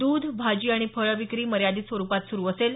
दुध भाजी आणि फळं विक्री मर्यादित स्वरुपात सुरू असेल